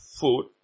food